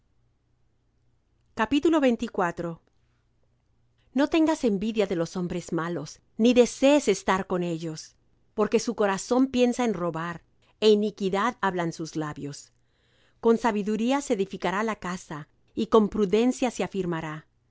á buscar no tengas envidia de los hombres malos ni desees estar con ellos porque su corazón piensa en robar e iniquidad hablan sus labios con sabiduría se edificará la casa y con prudencia se afirmará